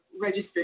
registered